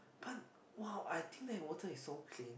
but !wow! I think that water is so clean